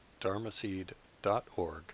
dharmaseed.org